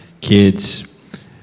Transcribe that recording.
kids